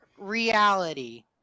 reality